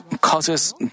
causes